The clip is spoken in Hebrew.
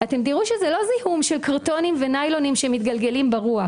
תארו שזה לא זיהום של קרטונים וניילונים שמתגלגלים ברוח.